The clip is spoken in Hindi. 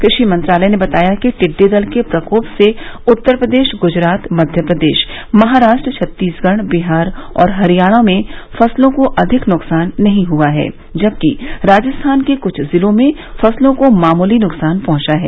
कृषि मंत्रालय ने बताया कि टिड्डी दल के प्रकोप से उत्तर प्रदेश गुजरात मध्यप्रदेश महाराष्ट्र छत्तीसगढ़ बिहार और हरियाणा में फसलों को अधिक नुकसान नहीं हुआ है जबकि राजस्थान के कुछ जिलों में फसलों को मामूली नुकसान पहुंचा है